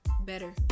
better